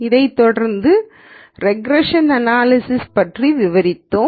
இதைத்தொடர்ந்து regression analysis பற்றி விவரித்தோம்